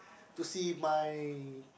to see my